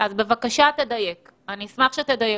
אשמח שתדייק אותנו.